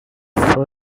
for